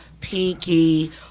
Pinky